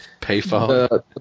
payphone